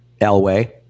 Elway